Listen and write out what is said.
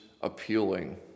appealing